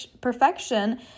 perfection